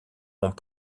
ont